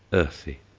earthy.